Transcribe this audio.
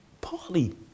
partly